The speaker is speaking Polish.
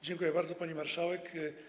Dziękuję bardzo, pani marszałek.